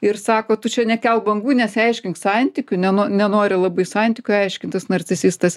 ir sako tu čia nekelk bangų nesiaiškink santykių neno nenori labai santykių aiškintis narcisistas